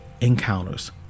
encounters